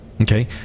Okay